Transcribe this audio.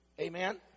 Amen